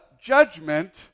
judgment